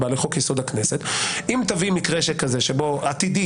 לחוק-יסוד: הכנסת אם תביא מקרה כזה עתידי,